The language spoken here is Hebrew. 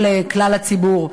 כלל הציבור.